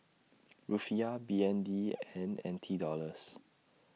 Rufiyaa B N D and N T Dollars